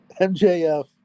MJF